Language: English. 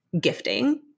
gifting